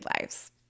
lives